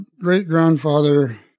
great-grandfather